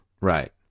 Right